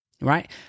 Right